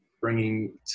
bringing